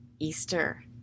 Easter